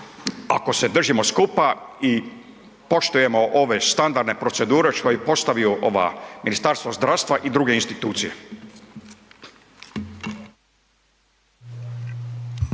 ako se držimo skupa i poštujemo ove standardne procedure što je postavilo Ministarstvo zdravstva i druge institucije.